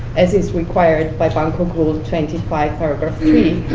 as is required by bangkok rule, twenty five paragraph three,